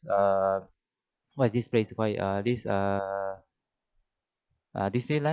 err what is this place call it uh this err uh disneyland